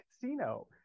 casino